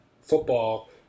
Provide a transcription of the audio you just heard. football